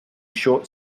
short